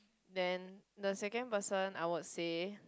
then the second person I would say